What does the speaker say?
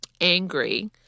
angry